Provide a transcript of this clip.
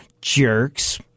jerks